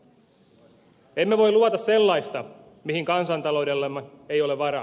emme voi luvata sellaista mihin kansantaloudellamme ei ole varaa